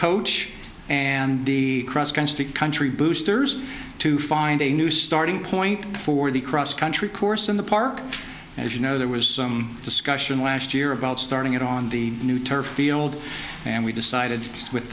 coach and the cross country boosters to find a new starting point for the cross country course in the park and as you know there was some discussion last year about starting it on the new turf field and we decided with